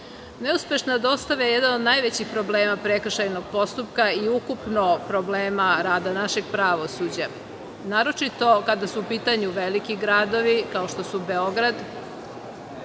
postupak. Neuspešna dostava je jedan od najvećih problema prekršajnog postupka i ukupno problema rada našeg pravosuđa, naročito, kada su u pitanju veliki gradovi kao što su Beograd,